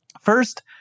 first